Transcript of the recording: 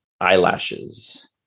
eyelashes